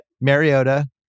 Mariota